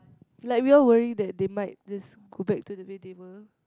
like we all worry that they might just go back to the way they were